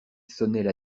sonnaient